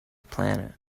planet